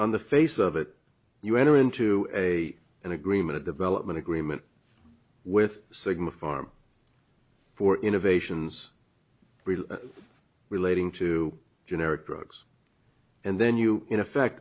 on the face of it you enter into a an agreement a development agreement with sigma farm for innovations relating to generic drugs and then you in effect